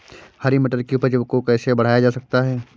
हरी मटर की उपज को कैसे बढ़ाया जा सकता है?